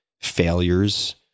failures